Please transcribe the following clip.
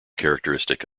characteristic